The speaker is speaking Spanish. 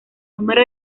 número